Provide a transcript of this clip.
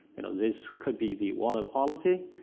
you know, this could be the water quality,